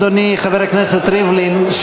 אדוני חבר הכנסת ריבלין,